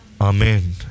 Amen